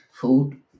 Food